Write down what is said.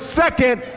second